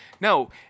No